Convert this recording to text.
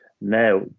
Now